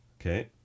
Okay